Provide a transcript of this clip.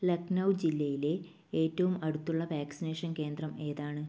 ലഖ്നൗ ജില്ലയിലെ ഏറ്റവും അടുത്തുള്ള വാക്സിനേഷൻ കേന്ദ്രം ഏതാണ്